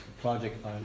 project